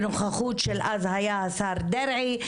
בנוכחות של אז היה השר דרעי.